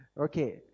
Okay